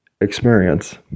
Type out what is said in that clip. experience